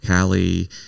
Callie